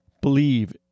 Believe